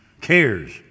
Cares